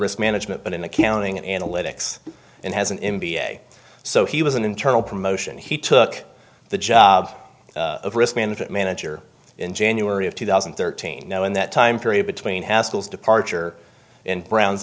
management but in accounting analytics and has an m b a so he was an internal promotion he took the job of risk management manager in january of two thousand and thirteen now in that time period between haskell's departure and brown